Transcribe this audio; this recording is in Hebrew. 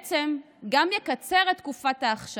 שגם יקצר את תקופת האכשרה,